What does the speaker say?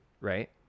right